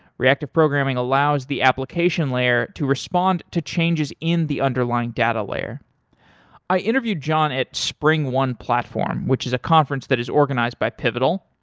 reactive programming allows the application layer to respond to changes in the underlying data layer i interviewed john at springone platform, which is a conference that is organized by pivotal,